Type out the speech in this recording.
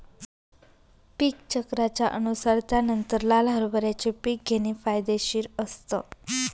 पीक चक्राच्या अनुसार त्यानंतर लाल हरभऱ्याचे पीक घेणे फायदेशीर असतं